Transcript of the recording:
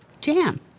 jam